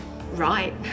Right